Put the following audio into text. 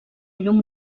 llum